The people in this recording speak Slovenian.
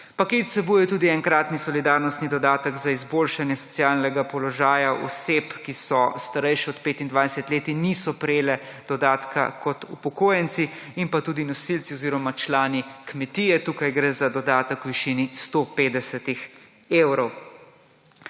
(Nadaljevanje) solidarnostni dodatek za izboljšanje socialnega položaja oseb, ki so starejše od 25 let in niso prejele dodatka kot upokojenci in pa tudi nosilci oziroma člani kmetije. Tukaj gre za dodatek v višini 150 evrov.